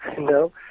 no